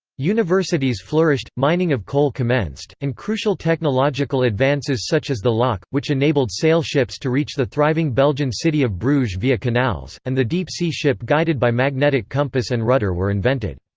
universities flourished, mining of coal commenced, and crucial technological advances such as the lock, which enabled sail ships to reach the thriving belgian city of bruges via canals, and the deep sea ship guided by magnetic compass and rudder were invented.